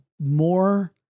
more